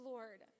Lord